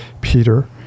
Peter